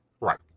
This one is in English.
right